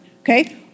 okay